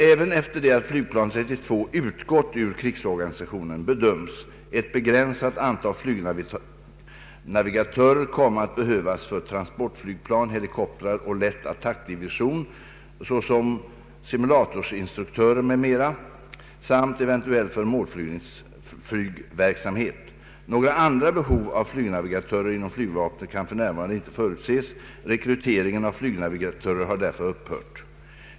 Även efter det att flygplan 32 utgått ur krigsorganisationen bedöms ett begränsat antal flygnavigatörer komma att behövas för transportflygplan, helikoptrar och lätt attackdivision, såsom simulatorinstruktörer m. m, samt eventuellt för målflygverksamhet. Några andra behov av flygnavigatörer inom flygvapnet kan för närvarande inte förutses. Rekryteringen av flygnavigatörer har därför upphört.